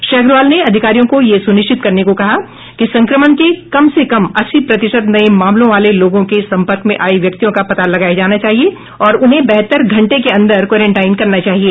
श्री अग्रवाल ने अधिकारियों से यह सुनिश्चित करने को कहा कि संक्रमण के कम से कम अस्सी प्रतिशत नए मामलों वाले लोगों के संपर्क में आए व्यक्तियों का पता लगाया जाना चाहिए और उन्हें बहत्तर घंटे के अंदर क्वारंटाइन करना चाहिए